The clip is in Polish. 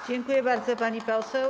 Dziękuję bardzo, pani poseł.